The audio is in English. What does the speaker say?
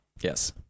yes